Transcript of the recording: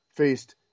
faced